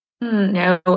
No